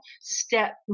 Step